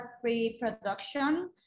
pre-production